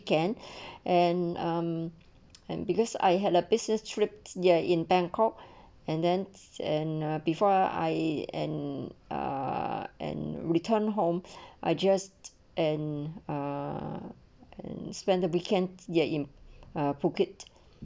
end and um and because I had a business trips there in bangkok and then and uh before I and uh and returned home I just and uh and spend the weekends there in a bukit